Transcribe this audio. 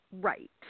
Right